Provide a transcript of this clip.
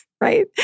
Right